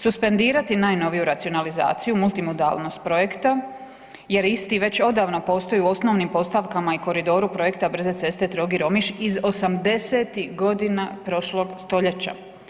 Suspendirati najnoviju racionalizaciju multimodalnosti projekta jer isti već odavno postoji u osnovnom postavkama i koridoru projekta brze ceste Trogir-Omiš iz 80-ih godina prošlog stoljeća.